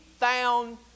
found